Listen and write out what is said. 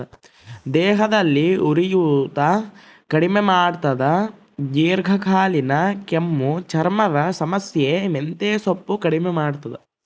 ದೇಹದಲ್ಲಿ ಉರಿಯೂತ ಕಡಿಮೆ ಮಾಡ್ತಾದ ದೀರ್ಘಕಾಲೀನ ಕೆಮ್ಮು ಚರ್ಮದ ಸಮಸ್ಯೆ ಮೆಂತೆಸೊಪ್ಪು ಕಡಿಮೆ ಮಾಡ್ತಾದ